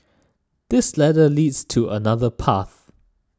this ladder leads to another path